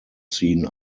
seen